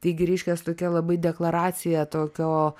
taigi reiškias tokia labai deklaracija tokio